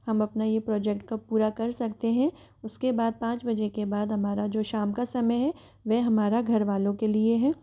हम अपना ये प्रोजेक्ट को पूरा कर सकते हैं उसके बाद पाँच बजे के बाद हमारा जो शाम का समय है वे हमारा घर वालों के लिए है